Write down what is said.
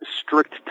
strict